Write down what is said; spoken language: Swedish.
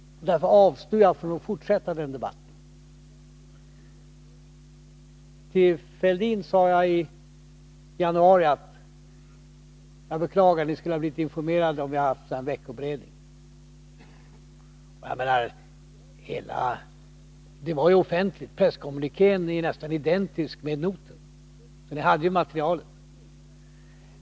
Därför avstod jag från att fortsätta den debatten. Jag sade till Thorbjörn Fälldin i januari att jag beklagade det som skett, att ni skulle ha blivit informerade om vi hade haft våra veckoberedningar. — Men det hela var ändå offentligt. Presskommunikén är nästan identisk med noten, så ni hade materialet.